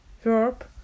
verb